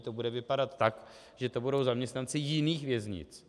To bude vypadat tak, že to budou zaměstnanci jiných věznic.